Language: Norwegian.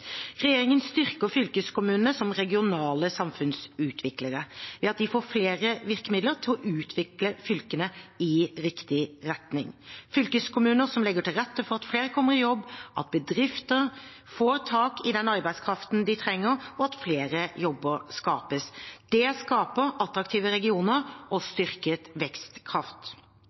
Regjeringen styrker fylkeskommunene som regionale samfunnsutviklere ved at de får flere virkemidler til å utvikle fylkene i riktig retning. Fylkeskommuner som legger til rette for at flere kommer i jobb, at bedrifter får tak i den arbeidskraften de trenger, og at flere jobber skapes, skaper attraktive regioner og